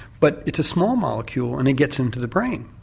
but it's a small molecule and it gets into the brain.